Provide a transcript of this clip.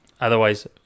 otherwise